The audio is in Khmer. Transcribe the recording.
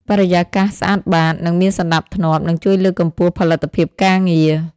បរិយាកាសស្អាតបាត និងមានសណ្ដាប់ធ្នាប់ នឹងជួយលើកកម្ពស់ផលិតភាពការងារ។